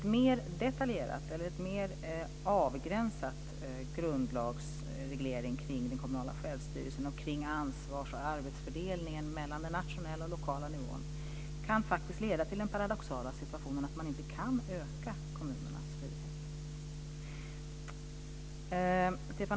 En mer detaljerad eller en mer avgränsad grundlagsreglering kring den kommunala självstyrelsen och kring ansvars och arbetsfördelningen mellan den nationella och den lokala nivån kan faktiskt leda till den paradoxala situationen att man inte kan öka kommunernas frihet.